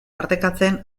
partekatzen